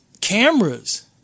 cameras